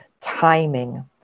timing